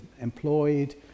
employed